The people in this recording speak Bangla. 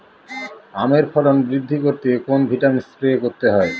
আমের ফলন বৃদ্ধি করতে কোন ভিটামিন স্প্রে করতে হয়?